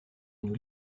nous